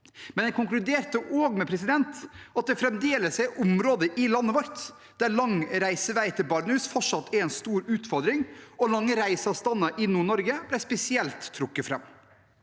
men den konkluderte også med at det fremdeles er områder i landet vårt der lang reisevei til barnehus fortsatt er en stor utfordring. Lange reiseavstander i Nord-Norge ble spesielt trukket fram.